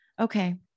okay